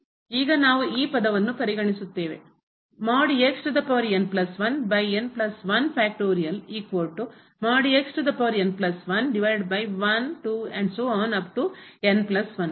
ಈಗ ನಾವು ಈ ಪದವನ್ನು ಪರಿಗಣಿಸುತ್ತೇವೆ